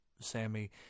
Sammy